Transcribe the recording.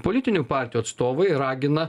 politinių partijų atstovai ragina